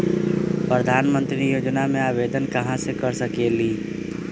प्रधानमंत्री योजना में आवेदन कहा से कर सकेली?